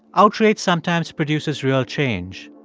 outrage sometimes produces real change.